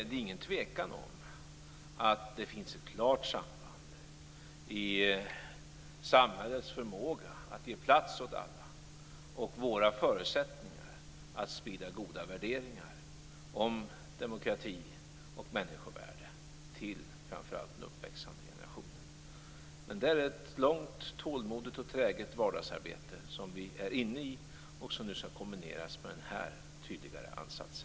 Det är ingen tvekan om att det finns ett klart samband mellan samhällets förmåga att ge plats åt alla och våra förutsättningar att sprida goda värderingar om demokrati och människovärde till framför allt den uppväxande generationen. Det är ett långt, tålmodigt och träget vardagsarbete som vi är inne i och som nu skall kombineras med den här tydligare ansatsen.